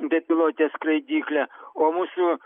bepilote skraidykle o mūsų